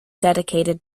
dedicated